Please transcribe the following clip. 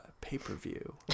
Pay-per-view